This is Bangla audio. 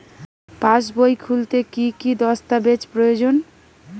পাসবই খুলতে কি কি দস্তাবেজ প্রয়োজন?